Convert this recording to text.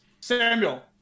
samuel